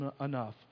enough